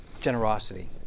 generosity